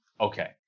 Okay